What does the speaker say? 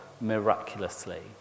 miraculously